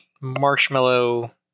marshmallow